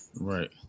Right